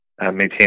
maintain